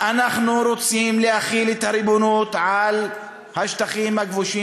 אנחנו רוצים להחיל את הריבונות על השטחים הכבושים